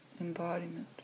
embodiment